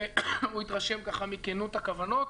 והוא התרשם מכנות הכוונות.